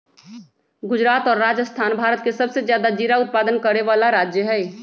गुजरात और राजस्थान भारत के सबसे ज्यादा जीरा उत्पादन करे वाला राज्य हई